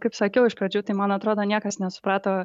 kaip sakiau iš pradžių tai man atrodo niekas nesuprato